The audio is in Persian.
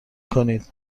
کنید